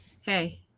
Hey